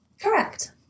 Correct